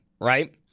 right